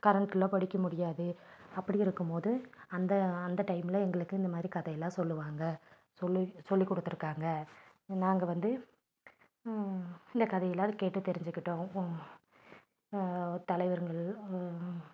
current இல்லை படிக்க முடியாது அப்படி இருக்கும்போது அந்த அந்த டைமில் எங்களுக்கு இந்த மாதிரி கதை எல்லாம் சொல்வாங்க சொல்லி சொல்லிக் கொடுத்துருக்காங்க நாங்கள் வந்து இந்த கதையெல்லாம் கேட்டு தெரிஞ்சுக்கிட்டோம் தலைவருங்கள்